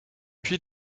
puis